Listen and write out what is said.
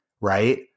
right